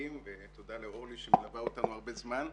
לפגים ותודה לאורלי שמלווה אותנו זמן רב.